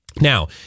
Now